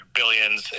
billions